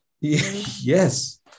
Yes